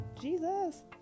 Jesus